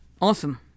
Awesome